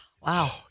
Wow